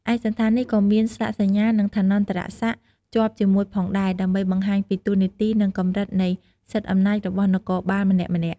ឯកសណ្ឋាននេះក៏មានស្លាកសញ្ញានិងឋានន្តរសក្ដិជាប់ជាមួយផងដែរ ដើម្បីបង្ហាញពីតួនាទីនិងកម្រិតនៃសិទ្ធិអំណាចរបស់នគរបាលម្នាក់ៗ។